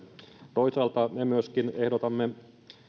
toisaalta me myöskin ehdotamme